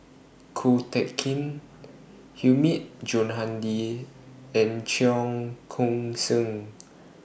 Ko Teck Kin Hilmi Johandi and Cheong Koon Seng